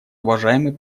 уважаемый